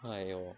!aiyo!